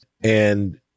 And-